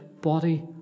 body